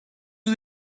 yüz